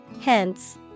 Hence